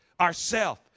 ourself